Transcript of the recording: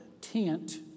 tent